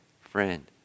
friend